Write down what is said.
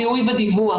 זיהוי ודיווח.